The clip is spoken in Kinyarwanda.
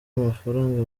amafaranga